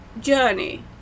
journey